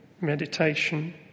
meditation